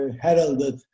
heralded